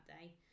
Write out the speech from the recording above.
day